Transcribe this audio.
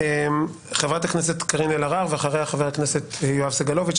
חברת הכנסת קארין אלהרר ואחריה חבר הכנסת יואב סגלוביץ',